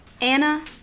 Anna